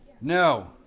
No